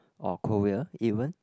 or Korea even